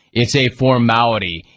it's a formality,